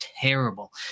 terrible